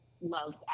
loves